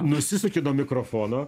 nusisuki nuo mikrofono